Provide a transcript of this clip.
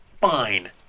fine